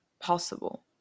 possible